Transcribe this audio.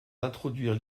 d’introduire